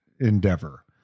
endeavor